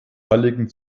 halligen